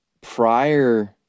prior